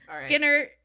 Skinner